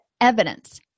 evidence